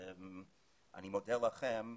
אני מודה לכם.